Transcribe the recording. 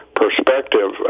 perspective